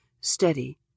steady